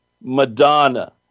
Madonna